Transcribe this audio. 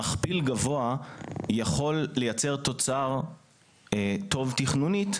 מכפיל גבוה יכול לייצר תוצר טוב תכנונית,